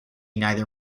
neither